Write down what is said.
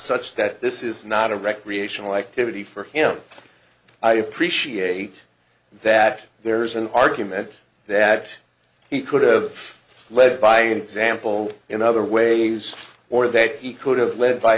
such that this is not a recreational activity for him i appreciate that there's an argument that he could have led by example in other ways or that he could have led by